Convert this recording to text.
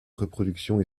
reproductions